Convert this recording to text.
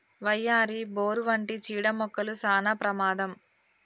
వయ్యారి, బోరు వంటి చీడ మొక్కలు సానా ప్రమాదం